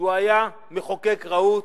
שהיה מחוקק רהוט,